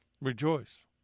rejoice